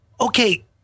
okay